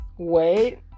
Wait